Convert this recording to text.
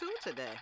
today